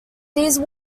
these